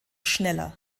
schneller